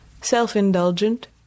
self-indulgent